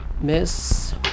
miss